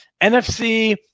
NFC